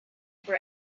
for